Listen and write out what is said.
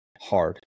hard